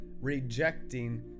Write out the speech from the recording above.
rejecting